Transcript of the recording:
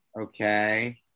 Okay